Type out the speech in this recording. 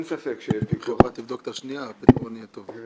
ספק שיש פיקוח -- רק לבדוק את השנייה והכיוון יהיה טוב.